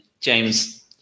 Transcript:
James